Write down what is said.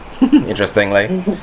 interestingly